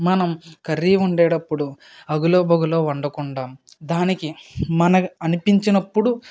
మనం కర్రీ వండేటప్పుడు అగులోబగులో వండకుండా దానికి మన అనిపించినప్పుడు